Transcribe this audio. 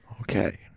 Okay